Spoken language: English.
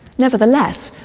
nevertheless,